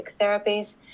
therapies